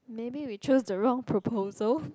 maybe we choose the wrong proposal